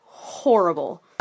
horrible